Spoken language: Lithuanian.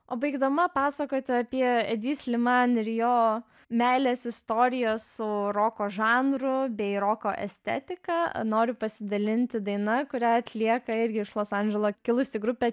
o baigdama pasakoti apie edi sliman ir jo meilės istorijas su roko žanru bei roko estetika noriu pasidalinti daina kurią atlieka irgi iš los andželo kilusi grupė